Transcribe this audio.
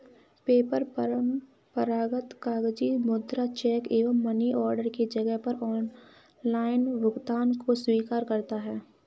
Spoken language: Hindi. पेपल परंपरागत कागजी मुद्रा, चेक एवं मनी ऑर्डर के जगह पर ऑनलाइन भुगतान को स्वीकार करता है